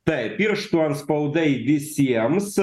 taip pirštų atspaudai visiems